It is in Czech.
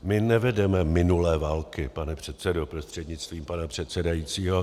My nevedeme minulé války, pane předsedo prostřednictvím pana předsedajícího.